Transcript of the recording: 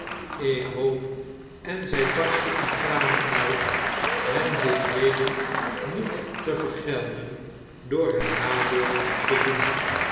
ik hoop en zg barstte in tranen uit hem dit heden niet te vergelden door hem nadeel te doen